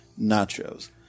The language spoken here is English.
Nachos